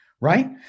right